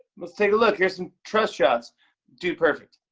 let's take a look. here's some trust shots dude perfect.